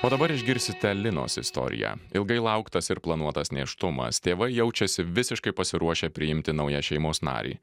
o dabar išgirsite linos istoriją ilgai lauktas ir planuotas nėštumas tėvai jaučiasi visiškai pasiruošę priimti naują šeimos narį